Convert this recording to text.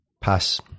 Pass